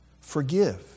forgive